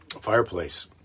fireplace